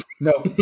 No